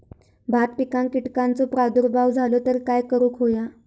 भात पिकांक कीटकांचो प्रादुर्भाव झालो तर काय करूक होया?